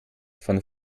von